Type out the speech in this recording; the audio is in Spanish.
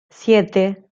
siete